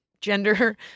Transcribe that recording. gender